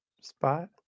spot